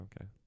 Okay